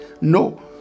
No